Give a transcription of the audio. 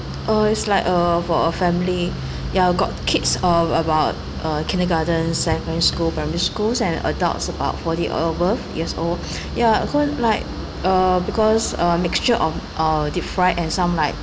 uh it's like uh for a family ya got kids of about uh kindergarten secondary school primary schools and adults about forty over years old ya of course like uh because uh mixture of uh deep fried and some like